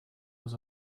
was